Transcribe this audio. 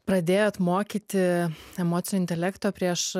pradėjot mokyti emocinio intelekto prieš